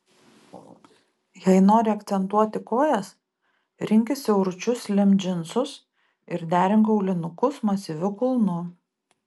jei nori akcentuoti kojas rinkis siauručius slim džinsus ir derink aulinukus masyviu kulnu